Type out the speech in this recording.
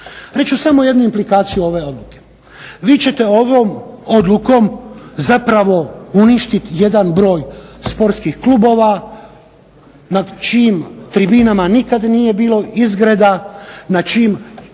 ću samo jednu implikaciju ove odluke. Vi ćete ovom odlukom zapravo uništiti jedan broj sportskih klubova na čijim tribinama nikad nije bilo izgreda, gdje